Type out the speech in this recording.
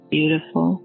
Beautiful